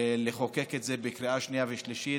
לחוקק את זה בקריאה שנייה ושלישית,